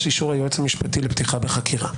אישור היועץ המשפטי לפתיחה בחקירה.